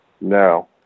No